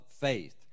faith